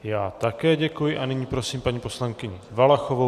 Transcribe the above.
Já také děkuji a nyní prosím paní poslankyni Valachovou.